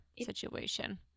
situation